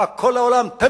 מה, תגיד, כל העולם טמבל?